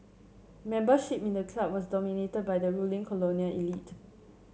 membership in the club was dominated by the ruling colonial elite